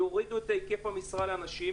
יורידו את היקף המשרה לאנשים,